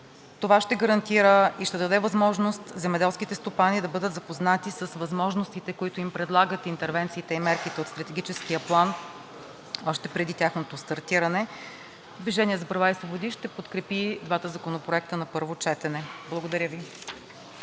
това ще гарантира и ще даде възможност земеделските стопани да бъдат запознати с възможностите, които им предлагат интервенциите и мерките от Стратегическия план още преди тяхното стартиране. „Движение за права и свободи“ ще подкрепи двата законопроекта на първо четене. Благодаря Ви.